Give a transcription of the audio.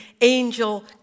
angel